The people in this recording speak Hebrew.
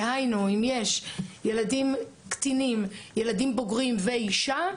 דהיינו, אם יש ילדים קטינים, ילדים בוגרים ואישה,